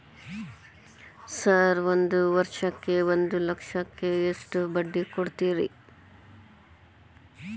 Sir ಒಂದು ವರ್ಷಕ್ಕ ಒಂದು ಲಕ್ಷಕ್ಕ ಎಷ್ಟು ಬಡ್ಡಿ ಕೊಡ್ತೇರಿ?